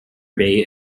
bay